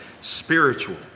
spiritual